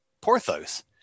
porthos